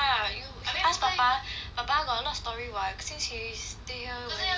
ask papa papa got a lot story [what] since he stay here since young